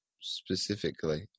specifically